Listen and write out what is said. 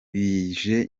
bije